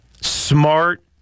smart